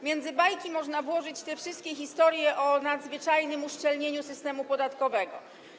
Między bajki można włożyć wszystkie historie o nadzwyczajnym uszczelnieniu systemu podatkowego.